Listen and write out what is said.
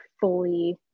fully